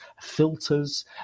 filters